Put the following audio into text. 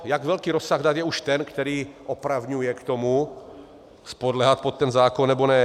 Jak velký rozsah dat je už ten, který opravňuje k tomu podléhat pod ten zákon nebo ne?